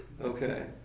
okay